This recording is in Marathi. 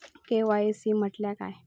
के.वाय.सी म्हटल्या काय?